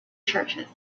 churches